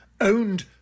owned